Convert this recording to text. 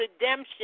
redemption